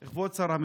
כבוד שר המשפטים,